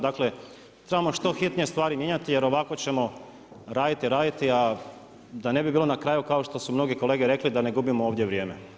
Dakle trebamo što hitnije stvari mijenjati jer ovako ćemo raditi, raditi, a da ne bi bilo na kraju kao što su mnoge kolege rekli da ne gubimo ovdje vrijeme.